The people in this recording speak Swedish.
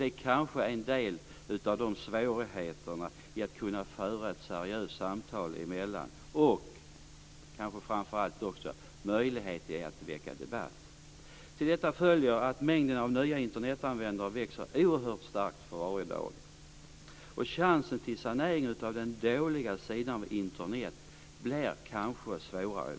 Detta är kanske en del av svårigheterna i att kunna föra ett seriöst samtal människor emellan och väcka debatt. Till detta följer att mängden av nya Internetanvändare växer oerhört starkt för varje dag. Chansen till sanering av den dåliga sidan av Internet blir då kanske svårare.